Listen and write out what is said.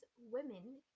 women